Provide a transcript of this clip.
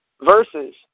versus